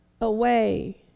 away